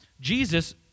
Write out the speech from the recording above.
Jesus